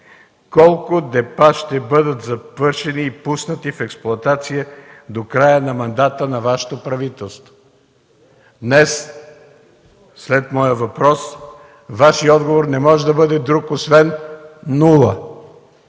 колко депа ще бъдат завършени и пуснати в експлоатация до края на мандата на Вашето правителство? Днес, след моя въпрос, Вашият отговор не може да бъде друг освен „нула”.